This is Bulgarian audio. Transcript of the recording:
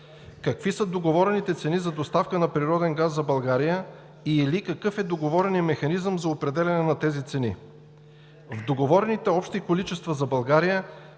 Какви са договорените цени за доставка на природен газ за България или какъв е договореният механизъм за определяне на тези цени? В договорените общи количества за България